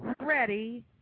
ready